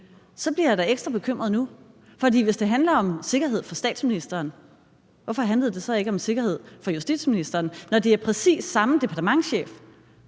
så bliver jeg da ekstra bekymret nu. For hvis det handler om sikkerhed for statsministeren, hvorfor handlede det så ikke om sikkerhed for justitsministeren, når det er præcis samme departementschef,